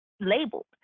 labeled